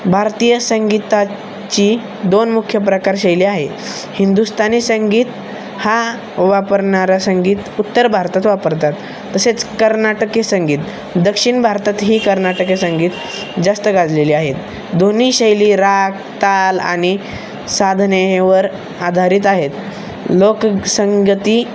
भारतीय संगीताची दोन मुख्य प्रकार शैली आहे हिंदुस्तानी संगीत हा वापरणारा संगीत उत्तर भारतात वापरतात तसेच कर्नाटकीय संगीत दक्षिण भारतात ही कर्नाटकीय संगीत जास्त गाजलेली आहेत दोन्ही शैली राग ताल आणि साधने हे वर आधारित आहेत लोकसंगीत